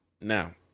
Now